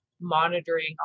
monitoring